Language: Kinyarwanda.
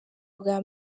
bwa